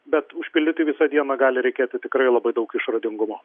bet užpildyti visą dieną gali reikėti tikrai labai daug išradingumo